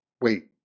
wait